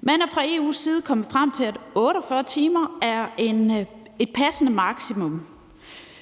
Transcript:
Man er fra EU's side kommet frem til, at 48 timer er et passende maksimum.